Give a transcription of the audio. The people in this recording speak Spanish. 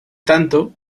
tanto